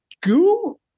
go